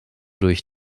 durch